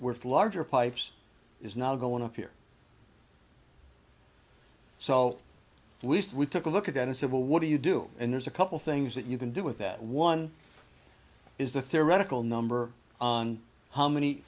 were larger pipes is now going up year so we took a look at that and said well what do you do and there's a couple things that you can do with that one is the theoretical number on how many